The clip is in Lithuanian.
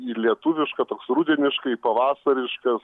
į lietuvišką toks rudeniškai pavasariškas